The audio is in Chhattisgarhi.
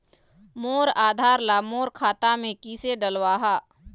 मोर आधार ला मोर खाता मे किसे डलवाहा?